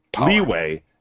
leeway